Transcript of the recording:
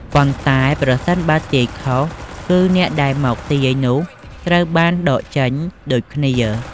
ប៉ុន្តែប្រសិនបើទាយខុសគឺអ្នកដែលមកទាយនោះត្រូវបានដកចេញដូចគ្នា។